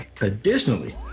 Additionally